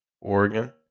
Oregon